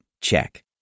Check